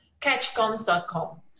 Catchcoms.com